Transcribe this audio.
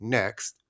next